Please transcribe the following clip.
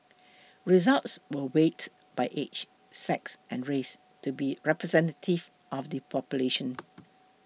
results were weighted by age sex and race to be representative of the population